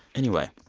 anyway,